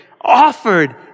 offered